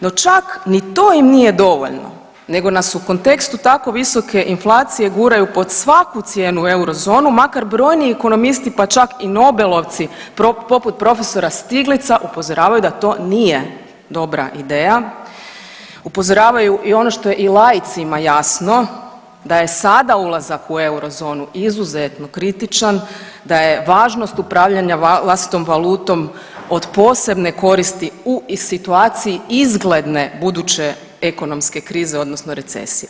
No čak ni to im nije dovoljno nego nas u kontekstu tako visoke inflacije guraju pod svaku cijenu u eurozonu makar brojni ekonomisti, pa čak i nobelovci poput prof. Stiglizta upozoravaju da to nije dobra ideja, upozoravaju i ono što je i laicima jasno da je sada ulazak u eurozonu izuzetno kritičan, da je važnost upravljanja vlastitom valutom od posebne koristi u situaciji izgledne buduće ekonomske krize odnosno recesije.